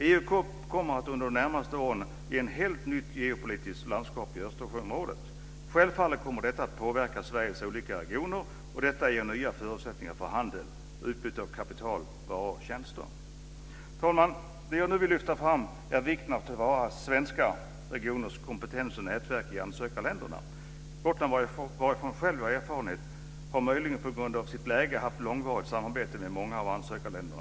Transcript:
EU kommer under de närmaste åren att ge ett helt nytt geopolitiskt landskap i Östersjöområdet. Självfallet kommer detta att påverka Sveriges olika regioner, och det ger nya förutsättningar för handel, utbyte av kapital, varor och tjänster. Fru talman! Det jag nu vill lyfta fram är vikten av att ta till vara de svenska regionernas kompetens och nätverk i ansökarländerna. Gotland, som jag själv har erfarenhet från har, möjligen på grund av sitt läge, haft långvarigt samarbete med några av ansökarländerna.